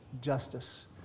justice